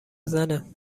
زنه